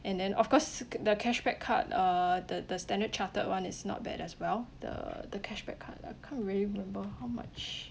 and then of course the cashback card uh the the standard chartered one is not bad as well the the cashback card lah can't really remember how much